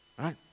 Right